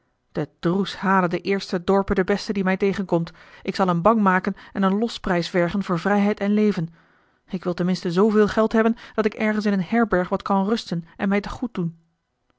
de droes hale den eersten dorper den besten die mij tegenkomt ik zal hem bang maken en een losprijs vergen voor vrijheid en leven ik wil ten minste zooveel geld hebben dat ik ergens in een herberg wat kan rusten en mij te goed doen